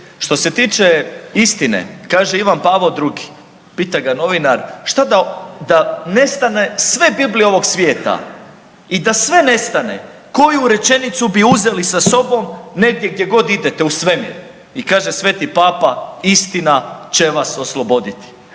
Što se tiče istine kaže Ivan Pavao II., pita ga novinar što da nestane sve biblije ovog svijeta i da sve nestane koju rečenicu bi uzeli sa sobom negdje gdje god idete, u svemir, i kaže Sveti Papa istina će vas osloboditi.